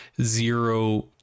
zero